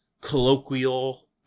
colloquial